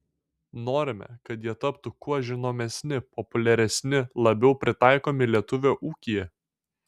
norime kad jie taptų kuo žinomesni populiaresni labiau pritaikomi lietuvio ūkyje